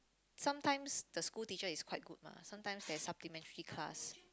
sometimes the school teacher is quite good ah sometimes there is supplementary class